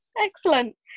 excellent